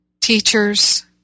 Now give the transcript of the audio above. teachers